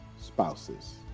spouses